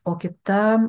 o kita